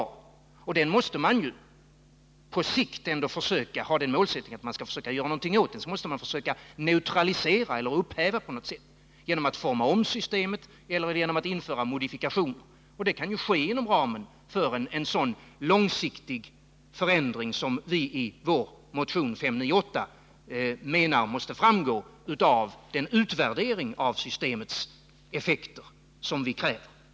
Man måste på sikt ha det målet att något skall göras åt detta. Man måste på något sätt försöka neutralisera eller upphäva sådana konsekvenser genom att förmarom systemet eller modifiera det. Det kan ske inom Översyn av ATP ramen för en sådan långsiktig förändring som vi i vår motion 598 framhåller systemet m. mi. måste bli följden av den utvärdering av systemets effekter som vi kräver.